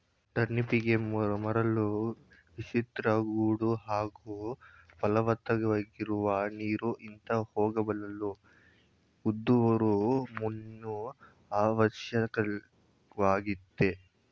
ಟರ್ನಿಪ್ಗೆ ಮರಳು ಮಿಶ್ರಿತ ಗೋಡು ಹಾಗೂ ಫಲವತ್ತಾಗಿರುವ ನೀರು ಇಂಗಿ ಹೋಗಬಲ್ಲ ಉದುರು ಮಣ್ಣು ಅವಶ್ಯಕವಾಗಯ್ತೆ